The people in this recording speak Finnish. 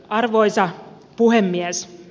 arvoisa puhemies